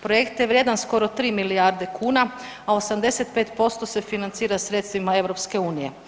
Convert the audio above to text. Projekt je vrijedan skoro 3 milijarde kuna, a 85% se financira sredstvima EU.